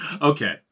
Okay